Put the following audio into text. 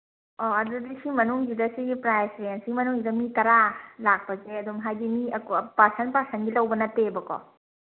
ꯑꯥ ꯑꯗꯨꯗꯤ ꯁꯤ ꯃꯅꯨꯡꯁꯤꯗ ꯁꯤꯒꯤ ꯄ꯭ꯔꯥꯁ ꯔꯦꯟꯁꯀꯤ ꯃꯅꯨꯡꯁꯤꯗ ꯃꯤ ꯇꯔꯥ ꯂꯥꯛꯄꯁꯦ ꯑꯗꯨꯝ ꯍꯥꯏꯗꯤ ꯃꯤ ꯄꯥꯔꯁꯟ ꯄꯥꯔꯁꯟꯒꯤ ꯂꯧꯕ ꯅꯠꯇꯦꯕꯀꯣ